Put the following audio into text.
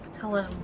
Hello